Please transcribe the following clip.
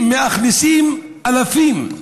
שמאכלסים אלפים,